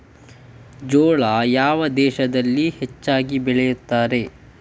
ಜೋಳ ಯಾವ ಪ್ರದೇಶಗಳಲ್ಲಿ ಹೆಚ್ಚಾಗಿ ಬೆಳೆಯುತ್ತದೆ?